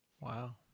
Wow